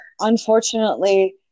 unfortunately